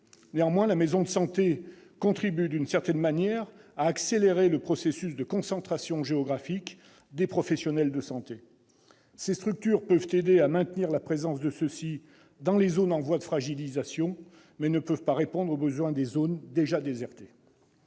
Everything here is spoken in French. Néanmoins, les maisons de santé contribuent d'une certaine manière à accélérer le processus de concentration géographique des professionnels de santé. Ces structures peuvent aider à maintenir la présence de ceux-ci dans les zones en voie de fragilisation, mais ne peuvent pas répondre aux besoins des zones déjà désertées.